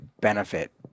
benefit